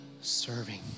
serving